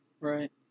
Right